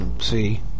See